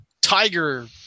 Tiger